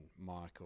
Michael